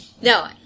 no